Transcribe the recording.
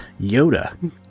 Yoda